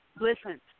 Listen